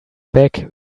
back